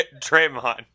Draymond